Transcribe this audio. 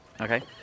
Okay